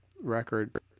record